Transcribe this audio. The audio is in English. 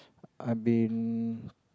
I've been